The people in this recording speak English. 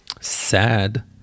sad